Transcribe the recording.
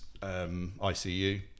ICU